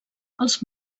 els